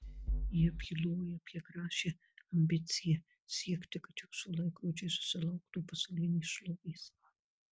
jie byloja apie gražią ambiciją siekti kad jūsų laikrodžiai susilauktų pasaulinės šlovės